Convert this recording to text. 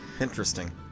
Interesting